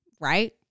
Right